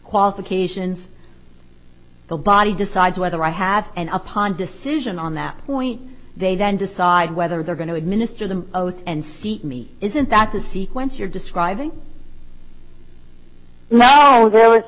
qualifications the body decides whether i have and upon decision on that point they then decide whether they're going to administer the oath and seat me isn't that the sequence you're describing